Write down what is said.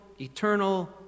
eternal